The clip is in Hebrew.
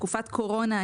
תקופת קורונה,